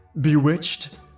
Bewitched